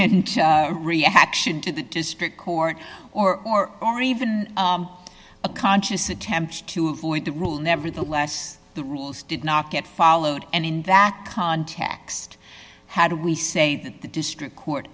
hadn't reaction to the district court or or or even a conscious attempt to avoid the rule nevertheless the rules did not get followed and in that context how do we say that the district court